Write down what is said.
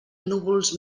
núvols